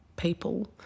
people